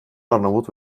arnavut